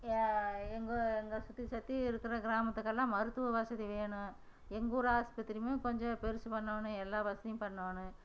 யா எங்கள் எங்களை சுற்றி சுற்றி இருக்கிற கிராமத்துக்கெல்லாம் மருத்துவ வசதி வேணும் எங்கள் ஊர் ஆஸ்பத்திரியும் கொஞ்சம் பெரிசு பண்ணணும் எல்லா வசதியும் பண்ணணும்